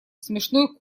смешной